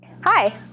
Hi